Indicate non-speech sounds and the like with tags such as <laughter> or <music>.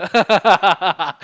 <laughs>